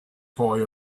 boy